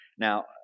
Now